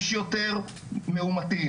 יש יותר מאומתים,